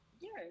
yes